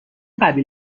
قبیل